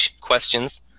questions